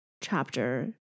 chapter